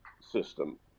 system